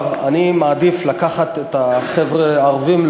אני מעדיף לקחת את החבר'ה הערבים,